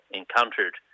encountered